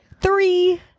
three